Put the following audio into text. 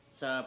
sa